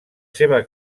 seva